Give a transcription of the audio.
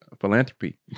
philanthropy